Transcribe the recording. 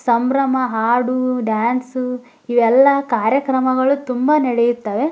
ಸಂಭ್ರಮ ಹಾಡು ಡ್ಯಾನ್ಸು ಇವೆಲ್ಲ ಕಾರ್ಯಕ್ರಮಗಳು ತುಂಬ ನಡೆಯುತ್ತವೆ